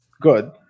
good